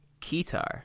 Kitar